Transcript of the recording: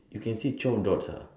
you can see twelve dots ah